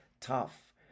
tough